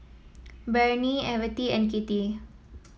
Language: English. Bernie Evette and Kitty